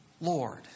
Lord